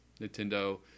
Nintendo